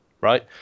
right